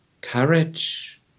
courage